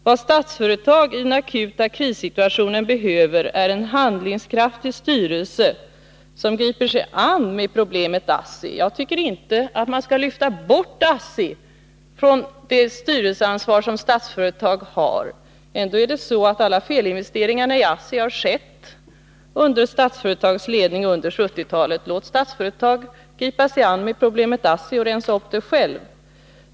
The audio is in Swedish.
Vad Statsföretag i den akuta krissituationen behöver är en handlingskraftig styrelse, som griper sig an med problemet ASSI. Jag tycker inte att man skall lyfta bort ASSI från det styrelseansvar som Statsföretag har. Ändå har alla felinvesteringar i ASSI skett under Statsföretags ledning under 1970-talet. Låt då Statsföretag gripa sig an med problemet ASSI och självt rensa upp!